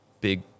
big